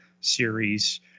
series